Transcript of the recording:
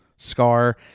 scar